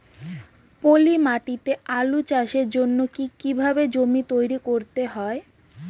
পলি মাটি তে আলু চাষের জন্যে কি কিভাবে জমি তৈরি করতে হয়?